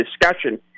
discussion